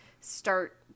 start